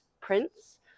prints